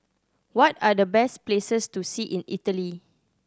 what are the best places to see in Italy